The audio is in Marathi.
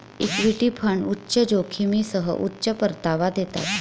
इक्विटी फंड उच्च जोखमीसह उच्च परतावा देतात